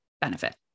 benefit